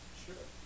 sure